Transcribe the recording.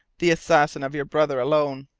the assassin of your brother, alone.